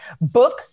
book